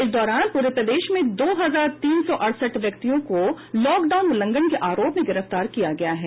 इस दौरान पूरे प्रदेश में दो हजार तीन सौ अड़सठ व्यक्तियों को लॉकडाउन उल्लंघन के आरोप में गिरफ्तार किया गया है